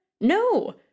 no